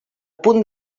punt